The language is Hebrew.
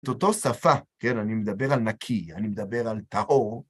את אותו שפה, כן, אני מדבר על נקי, אני מדבר על טהור.